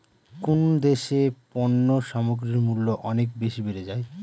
কোন দেশে পণ্য সামগ্রীর মূল্য অনেক বেশি বেড়ে যায়?